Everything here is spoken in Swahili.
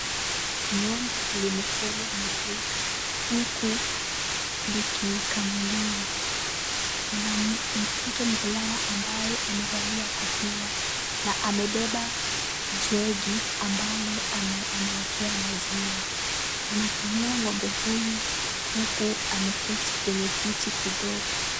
Ng'ombe amefungwa miguu huku akikamuliwa. Kuna mtoto mvulana ambaye amevalia kofia na amebeba jug ambalo anaekea maziwa. Anakamua ng'ombe huyu huku ameketi kwenye kiti kidogo.